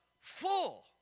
full